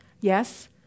Yes